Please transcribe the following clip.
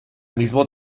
mismo